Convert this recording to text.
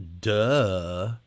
Duh